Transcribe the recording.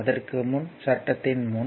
அதற்கு முன் சட்டத்தின் முன்